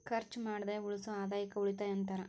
ಖರ್ಚ್ ಮಾಡ್ದ ಉಳಿಸೋ ಆದಾಯಕ್ಕ ಉಳಿತಾಯ ಅಂತಾರ